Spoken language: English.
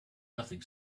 nothing